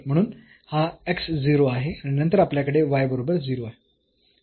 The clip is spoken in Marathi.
म्हणून हा x 0 आहे आणि नंतर आपल्याकडे y बरोबर 0 आहे